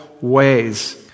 ways